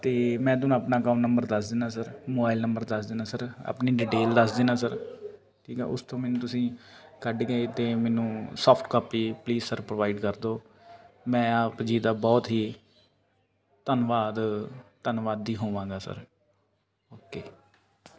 ਅਤੇ ਮੈਂ ਤੁਹਾਨੂੰ ਆਪਣਾ ਅਕਾਊਂਟ ਨੰਬਰ ਦੱਸ ਦਿੰਦਾ ਸਰ ਮੋਬਾਇਲ ਨੰਬਰ ਦੱਸ ਦਿੰਦਾ ਸਰ ਆਪਣੀ ਡਿਟੇਲ ਦੱਸ ਦੇਣਾ ਸਰ ਠੀਕ ਹੈ ਉਸ ਤੋਂ ਮੈਨੂੰ ਤੁਸੀਂ ਕੱਢ ਕੇ ਅਤੇ ਮੈਨੂੰ soft copy please sir provide ਕਰ ਦੋ ਮੈਂ ਆਪ ਜੀ ਦਾ ਬਹੁਤ ਹੀ ਧੰਨਵਾਦ ਧੰਨਵਾਦੀ ਹੋਵਾਂਗਾ ਸਰ ਓਕੇ